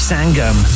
Sangam